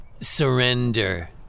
Surrender